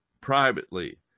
privately